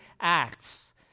Acts